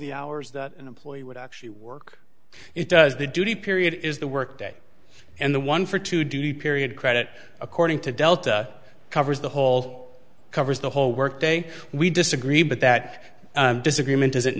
the hours that an employee would actually work it does the duty period is the work day and the one for to do period credit according to delta covers the whole covers the whole workday we disagree but that disagreement is it